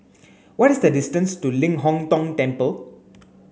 what is the distance to Ling Hong Tong Temple